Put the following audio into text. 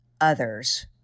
others